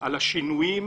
של השינויים,